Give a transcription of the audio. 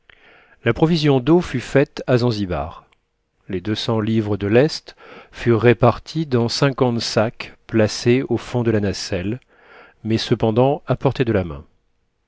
la provision d'eau fut faite à zanzibar les deux centslivres de lest furent réparties dans cinquante sacs placés au fond de la nacelle mais cependant à portée de la main